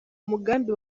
mugambi